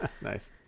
nice